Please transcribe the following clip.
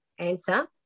answer